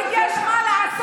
תתבייש לך.